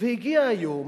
והגיע היום,